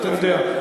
אתה יודע,